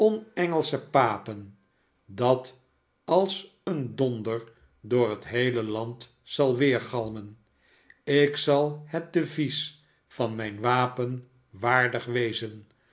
on engelsche papen dat als een donder door het geheele land zal weergalmen ik zal het devies van mijn wapen waardig wezen